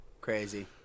Crazy